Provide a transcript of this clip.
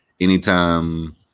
anytime